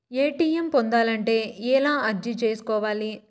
ATM పొందాలంటే ఎలా అర్జీ సేసుకోవాలి?